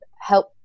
help